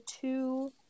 two